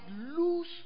lose